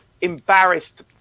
embarrassed